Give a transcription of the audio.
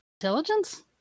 intelligence